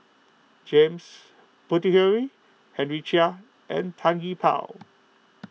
James Puthucheary Henry Chia and Tan Gee Paw